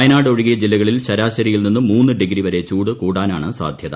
വയനാട് ഒഴികെ ജില്ലകളിൽ ശരാശരിയിൽ നിന്ന് മൂന്ന് ഡിഗ്രി വരെ ചൂട് കൂടാനാണ് സാധ്യത